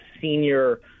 senior